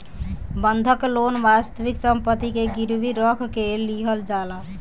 बंधक लोन वास्तविक सम्पति के गिरवी रख के लिहल जाला